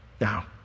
Now